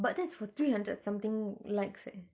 but that's for three hundred somthing likes eh